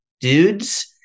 dudes